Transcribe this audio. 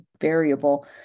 variable